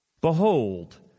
Behold